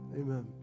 Amen